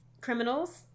criminals